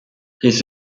this